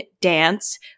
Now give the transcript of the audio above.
dance